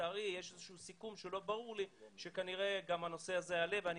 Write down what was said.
לצערי יש איזשהו סיכום שלא ברור לי שכנראה גם הנושא הזה יעלה ואני